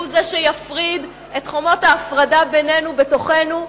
הוא זה שיפריד את חומות ההפרדה בינינו בתוכנו.